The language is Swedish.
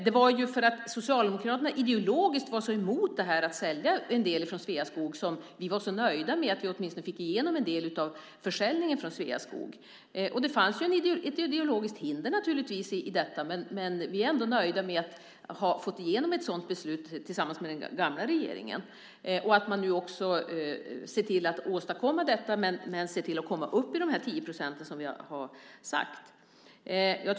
Det var ju för att Socialdemokraterna ideologiskt var så emot det här att sälja en del från Sveaskog som vi var så nöjda med att vi åtminstone fick igenom en del av försäljningen från Sveaskog. Det fanns naturligtvis ett ideologiskt hinder i detta, men vi är ändå nöjda med att ha fått igenom ett sådant beslut tillsammans med den gamla regeringen och att man nu också ser till att åstadkomma detta och att komma upp i de 10 % som vi har slagit fast.